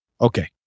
Okay